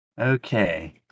Okay